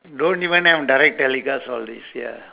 don't even have direct telecast all this ya